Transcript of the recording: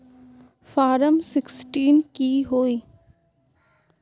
Form sixteen की होय?